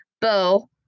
bow